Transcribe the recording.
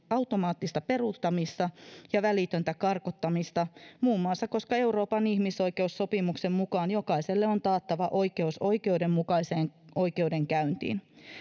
automaattista peruuttamista ja välitöntä karkottamista muun muassa koska euroopan ihmisoikeussopimuksen mukaan jokaiselle on taattava oikeus oikeudenmukaiseen oikeudenkäyntiin